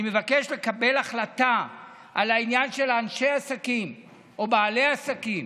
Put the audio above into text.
אני מבקש לקבל החלטה בעניין של אנשי העסקים או בעלי העסקים